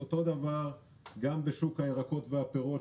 אותו דבר גם בשוק הירקות והפירות,